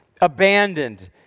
abandoned